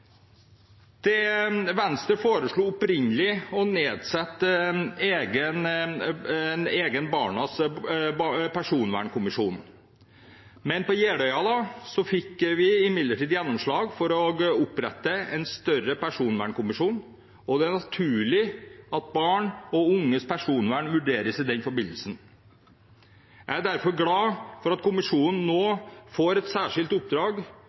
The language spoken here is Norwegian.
utredning. Venstre foreslo opprinnelig å nedsette en egen barnas personvernkommisjon, men på Jeløya fikk vi imidlertid gjennomslag for å opprette en større personvernkommisjon, og det er naturlig at barn og unges personvern vurderes i den forbindelse. Jeg er derfor glad for at kommisjonen nå får et særskilt oppdrag